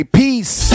peace